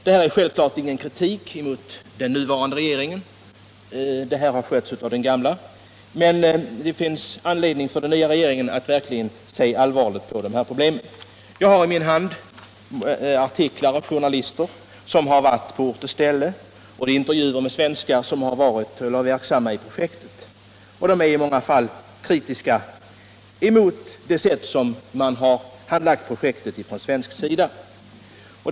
—- Det här är självfallet ingen kritik mot den nuvarande regeringen — ärendet har skötts av den gamla — men det finns anledning för den nya regeringen att verkligen se allvarligt på de här problemen. Jag har i min hand artiklar av journalister som har varit på ort och ställe och intervjuer med svenskar som har varit eller är verksamma i projektet. De är i många fall kritiska mot det sätt på vilket man har handlagt projektet från svensk sida.